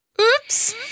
Oops